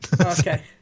Okay